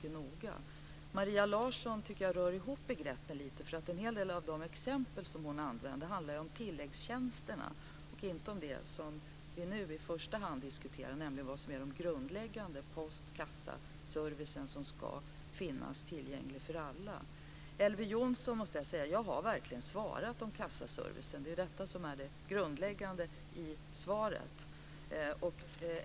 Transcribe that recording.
Jag tycker att Maria Larsson rör ihop begreppen lite. En hel del av de exempel som hon nämnde handlar om tilläggstjänsterna och inte om det som vi nu i första hand diskuterar, nämligen det som är den grundläggande post och kassaservicen som ska finnas tillgänglig för alla. Till Elver Jonsson vill jag säga att jag verkligen har svarat på frågorna om kassaservicen. Det är detta som är det grundläggande i interpellationssvaret.